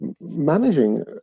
managing